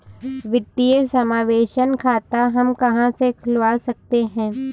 वित्तीय समावेशन खाता हम कहां से खुलवा सकते हैं?